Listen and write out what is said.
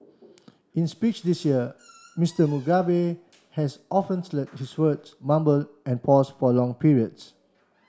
in speech this year Mister Mugabe has often slurred his words mumbled and paused for long periods